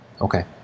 Okay